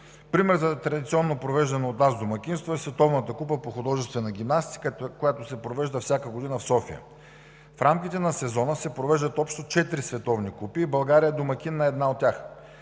Пример за традиционно провеждано от нас домакинство е Световната купа по художествена гимнастика, която се провежда всяка година в София. В рамките на сезона се провеждат общо четири световни купи и България е домакин на една от тях.